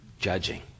Judging